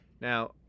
Now